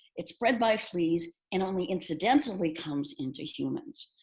it's spread by fleas and only incidentally comes into humans.